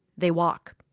they walk.